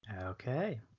Okay